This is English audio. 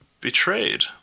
betrayed